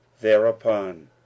thereupon